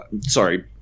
sorry